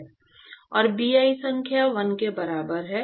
और Bi संख्या 1 के बराबर है